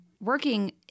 working